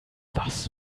was